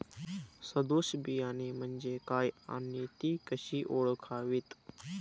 सदोष बियाणे म्हणजे काय आणि ती कशी ओळखावीत?